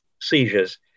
seizures